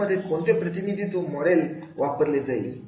यामध्ये कोणते प्रतिनिधित्व किंवा मॉडेल वापरले जाईल